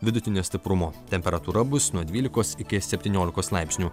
vidutinio stiprumo temperatūra bus nuo dvylikos iki septyniolikos laipsnių